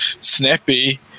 snappy